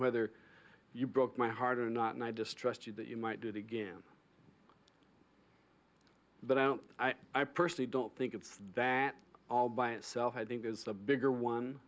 whether you broke my heart or not and i distrust you that you might do it again but i don't i i personally don't think it's that all by itself i think is a bigger one